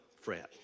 fret